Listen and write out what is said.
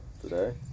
today